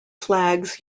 flags